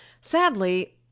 Sadly